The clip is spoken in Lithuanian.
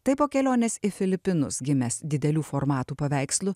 tai po kelionės į filipinus gimęs didelių formatų paveikslų